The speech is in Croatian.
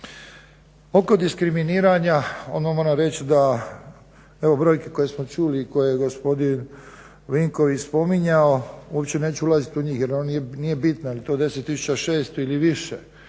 Oko diskriminiranja moram reći da brojke koje smo čuli i koje je gospodin Vinković spominjao uopće neću ulaziti u njih jer on nije bitan jeli to 10600 ili više